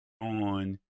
on